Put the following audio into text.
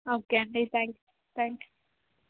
okay అండి thank thank you